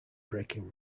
breaking